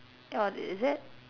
oh i~ is it